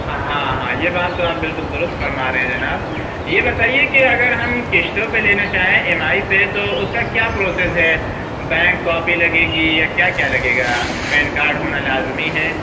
ہاں ہاں یہ بات تو آپ بالکل دُرست فرما رہے ہیں جناب یہ بتائیے کہ اگر ہم قستوں پہ لینا چاہیں ای ایم آئی پہ تو اُس کا کیا پروسیس ہے بینک کاپی لگے گی یا کیا کیا لگے گا پین کارڈ ہونا لازمی ہے